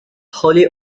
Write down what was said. wholly